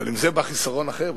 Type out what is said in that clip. אבל עם זה בא חיסרון אחר,